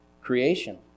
creation